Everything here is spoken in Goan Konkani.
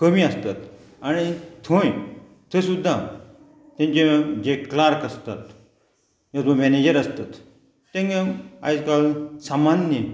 कमी आसतात आनी थंय थंय सुद्दां तेंचे जे क्लार्क आसतात अथ्वा मॅनेजर आसतात तेंगे आयज काल सामान्य